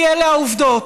כי אלה העובדות: